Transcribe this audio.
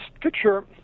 picture